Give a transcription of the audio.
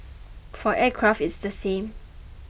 for aircraft it's the same